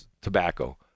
tobacco